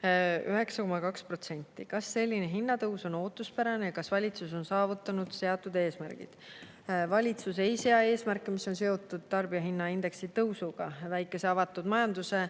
9,2%. Kas selline hinnatõus oli ootuspärane ja kas valitsus on saavutanud seatud eesmärgid?" Valitsus ei sea eesmärke, mis on seotud tarbijahinnaindeksi tõusuga. Väikeses avatud majanduses